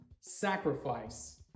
sacrifice